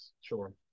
Sure